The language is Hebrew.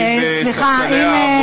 אם ספסלי העבודה,